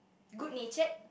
good natured